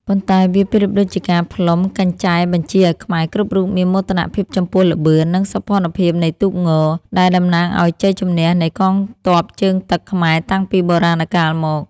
ប៉ុន្តែវាប្រៀបដូចជាការផ្លុំកញ្ចែបញ្ជាឱ្យខ្មែរគ្រប់រូបមានមោទនភាពចំពោះល្បឿន និងសោភ័ណភាពនៃទូកង ដែលតំណាងឱ្យជ័យជំនះនៃកងទ័ពជើងទឹកខ្មែរតាំងពីបុរាណកាលមក។